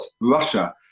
Russia